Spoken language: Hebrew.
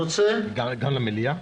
גם במליאה?